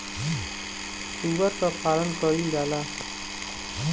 सूअर क पालन कइल जाला